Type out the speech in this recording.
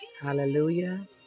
Hallelujah